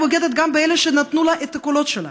כן, בוגדת גם באלה שנתנו לה את הקולות שלהם,